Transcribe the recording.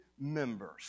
members